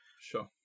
Sure